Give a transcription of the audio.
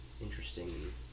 interesting